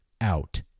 out